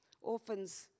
Orphans